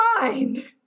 mind